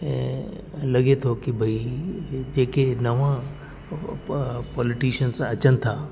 ऐं लॻे थो की भई जेके नवा पॉलिटिशियंस अचनि था